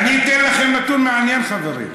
אני אתן לכם נתון מעניין, חברים.